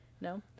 No